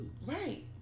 right